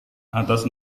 atas